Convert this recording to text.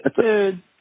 Dude